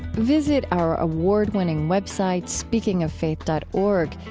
visit our award-winning web site, speakingoffaith dot org.